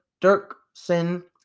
Dirksen